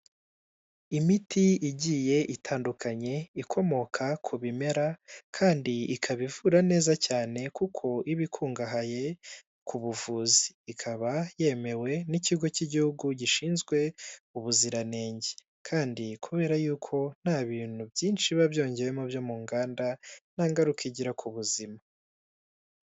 Imiti igiye itandukanye, ikomoka ku bimera kandi ikaba ivura neza cyane kuko iba ikungahaye ku buvuzi. Ikaba yemewe n'Ikigo cy'Igihugu gishinzwe Ubuziranenge kandi kubera yuko nta bintu byinshi biba byongewemo byo mu nganda, nta ngaruka igira ku buzima.